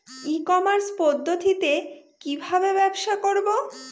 ই commerce পদ্ধতিতে কি ভাবে ব্যবসা করব?